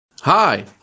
Hi